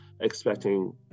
expecting